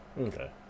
Okay